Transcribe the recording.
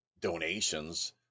donations